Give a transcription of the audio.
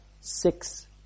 six